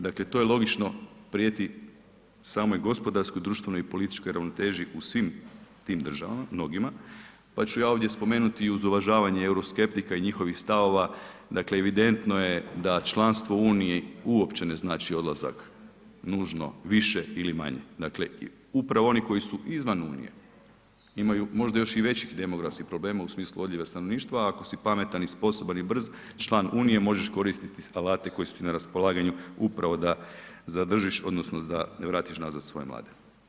Dakle, to je logično, prijeti samoj gospodarskoj, društvenoj i političkoj ravnoteži u svim tim državama mnogima, pa ću ja ovdje spomenuti i uz uvažavanje euroskeptika i njihovih stavova, dakle evidentno je da članstvo u Uniji uopće ne znači odlazak nužno više ili manje, dakle upravo oni koji su izvan Unije imaju možda još i većih demografskih problema u smislu odljeva stanovništva, a ako si pametan i sposoban i brz član Unije, možeš koristiti alate koji su ti na raspolaganju upravo da zadržiš odnosno da vratiš nazad svoje mlade.